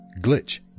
Glitch